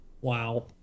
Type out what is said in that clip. Wow